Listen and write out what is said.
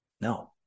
No